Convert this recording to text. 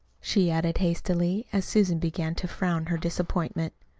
she added hastily, as susan began to frown her disappointment.